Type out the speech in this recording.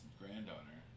granddaughter